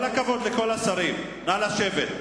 עם כל הכבוד לכל השרים, נא לשבת.